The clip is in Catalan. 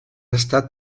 estat